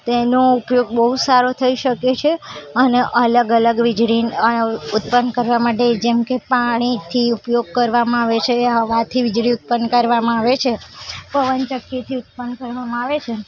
તેનો ઉપયોગ બહુ સારો થઈ શકે છે અને અલગ અલગ વીજળી અ ઉત્પન્ન કરવા માટે જેમ કે પાણીથી ઉપયોગ કરવામાં આવે છે હવાથી વીજળી ઉત્પન્ન કરવામાં આવે છે પવનચક્કીથી ઉત્પન્ન કરવામાં આવે છે